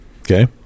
Okay